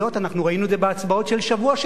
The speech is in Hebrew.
אנחנו ראינו את זה בהצבעות של השבוע שעבר,